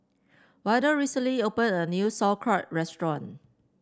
Waldo recently opened a new Sauerkraut restaurant